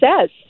says